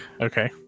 okay